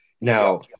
Now